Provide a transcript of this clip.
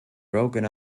broken